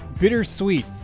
bittersweet